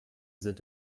sind